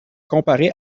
comparer